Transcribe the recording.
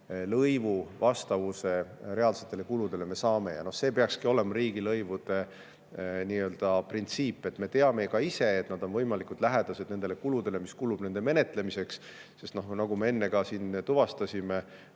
lõivu vastavuse reaalsetele kuludele me saame. See peakski olema riigilõivude printsiip, et me teame ka ise, et nad on võimalikult lähedased nendele kuludele, mis [kaasnevad] menetlemisega. Sest nagu me enne ka siin tuvastasime